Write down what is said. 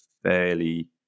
fairly